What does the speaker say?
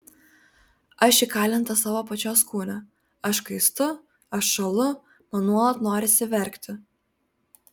aš įkalinta savo pačios kūne aš kaistu aš šąlu man nuolat norisi verkti